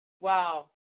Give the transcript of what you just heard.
Wow